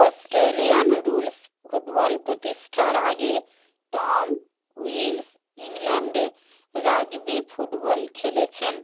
Australian rules football প্রতিষ্ঠার আগে Tom Wills ইংল্যান্ডে রাগবি ফুটবল খেলেছেন